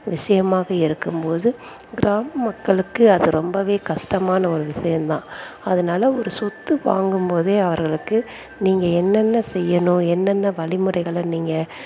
விஷயமாக இருக்கும் போது கிராம மக்களுக்கு அது ரொம்பவே கஷ்டமான ஒரு விஷயந்தான் அதனால ஒரு சொத்து வாங்கும் போதே அவர்களுக்கு நீங்கள் என்னென்ன செய்யணும் என்னென்ன வழிமுறைகளை நீங்கள்